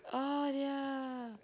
oh they are